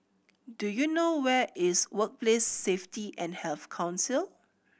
do you know where is Workplace Safety and Health Council